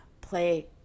play